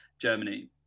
Germany